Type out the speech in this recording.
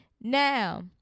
Now